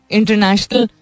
international